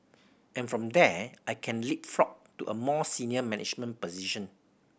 and from there I can leapfrog to a more senior management position